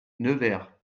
nevers